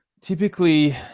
typically